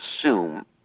assume